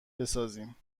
بسازیم